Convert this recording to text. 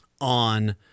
on